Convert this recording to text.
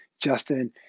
Justin